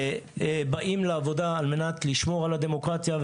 באים לעבודה על מנת לשמור על הדמוקרטיה,